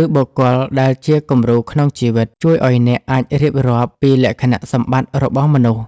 ឬបុគ្គលដែលជាគំរូក្នុងជីវិត ជួយឱ្យអ្នកអាចរៀបរាប់ពីលក្ខណៈសម្បត្តិរបស់មនុស្ស។